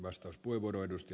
arvoisa puhemies